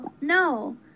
No